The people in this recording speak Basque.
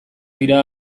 dira